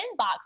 inbox